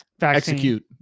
Execute